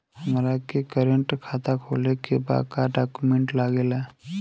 हमारा के करेंट खाता खोले के बा का डॉक्यूमेंट लागेला?